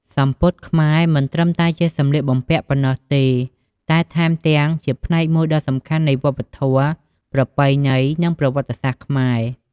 សំពត់ខ្មែរមិនត្រឹមតែជាសំលៀកបំពាក់ប៉ុណ្ណោះទេ តែថែមទាំងជាផ្នែកមួយដ៏សំខាន់នៃវប្បធម៌ ប្រពៃណី និងប្រវត្តិសាស្ត្រខ្មែរ។